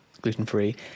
gluten-free